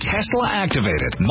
Tesla-activated